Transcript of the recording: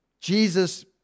Jesus